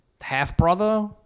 half-brother